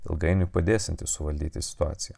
ilgainiui padėsiantis suvaldyti situaciją